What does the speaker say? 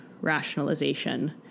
rationalization